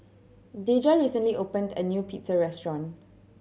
Deja recently opened a new Pizza Restaurant